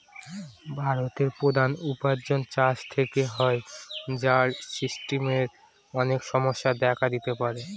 ভারতের প্রধান উপার্জন চাষ থেকে হয়, যার সিস্টেমের অনেক সমস্যা দেখা দিতে পারে